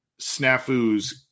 snafus